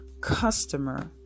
customer